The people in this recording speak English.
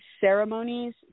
ceremonies